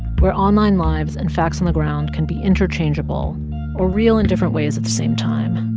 where online lives and facts on the ground can be interchangeable or real in different ways at the same time.